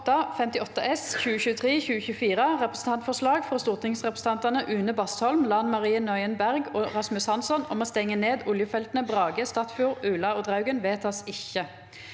S (2023–2024) – Representantforslag fra stortingsrepresentantene Une Bastholm, Lan Marie Nguyen Berg og Rasmus Hansson om å stenge ned oljefeltene Brage, Statfjord, Ula og Draugen – vedtas ikke.